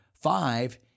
five